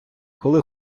коли